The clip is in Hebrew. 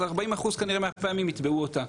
אז 40% מהפעמים יתבעו אותה.